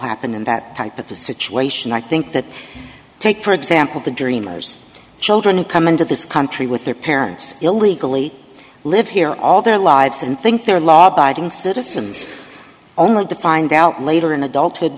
happen in that type of the situation i think that take for example the dreamers children who come into this country with their parents illegally live here all their lives and think they're law abiding citizens only to find out later in adulthood